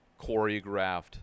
choreographed